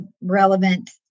relevant